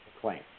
claim